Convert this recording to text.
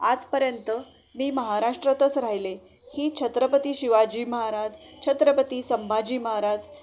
आजपर्यंत मी महाराष्ट्रातच राहिले ही छत्रपती शिवाजी महाराज छत्रपती संभाजी महाराज